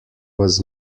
was